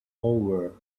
over